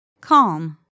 Calm